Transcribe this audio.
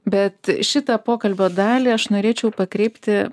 bet šitą pokalbio dalį aš norėčiau pakreipti